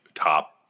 top